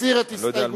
מסיר את הסתייגויותיו.